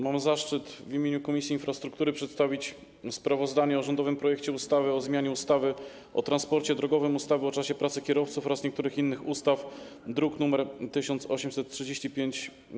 Mam zaszczyt w imieniu Komisji Infrastruktury przedstawić sprawozdanie o rządowym projekcie ustawy o zmianie ustawy o transporcie drogowym, ustawy o czasie pracy kierowców oraz niektórych innych ustaw, druk nr 1835.